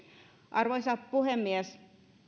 arvoisa puhemies